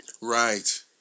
Right